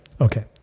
Okay